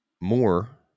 more